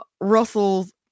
Russell's